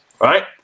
Right